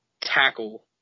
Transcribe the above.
tackle